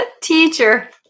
Teacher